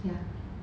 ya